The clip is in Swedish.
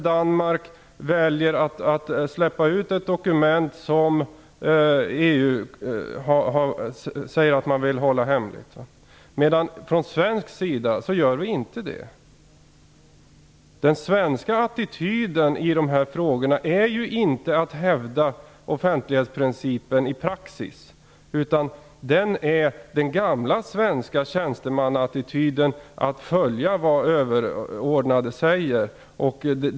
Danmark väljer att släppa ut ett dokument som EU säger att man vill hålla hemligt, men från svensk sida gör vi inte det. Den svenska attityden i de här frågorna är ju att inte hävda offentlighetsprincipen i praxis, utan den är den gamla svenska tjänstemannaattityden att följa vad överordnade säger.